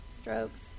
strokes